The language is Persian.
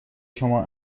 شما